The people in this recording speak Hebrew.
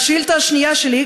השאילתה השנייה שלי,